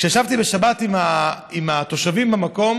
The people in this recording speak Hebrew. כשישבתי בשבת עם התושבים במקום